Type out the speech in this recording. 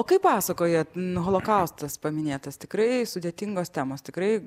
o kai pasakojat holokaustas paminėtas tikrai sudėtingos temos tikrai